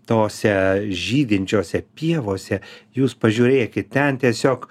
tose žydinčiose pievose jūs pažiūrėkit ten tiesiog